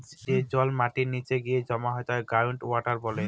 যে জল মাটির নীচে গিয়ে জমা হয় তাকে গ্রাউন্ড ওয়াটার বলে